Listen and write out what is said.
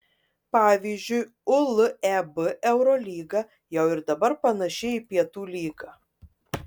pavyzdžiui uleb eurolyga jau ir dabar panaši į pietų lygą